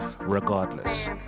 Regardless